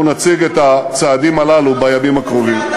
אנחנו נציג את הצעדים הללו בימים הקרובים.